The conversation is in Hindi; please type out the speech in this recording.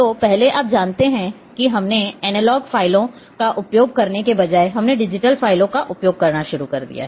तो पहले आप जानते हैं कि हमने एनालॉग फ़ाइलों का उपयोग करने के बजाय हमने डिजिटल फ़ाइलों का उपयोग करना शुरू कर दिया है